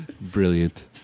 Brilliant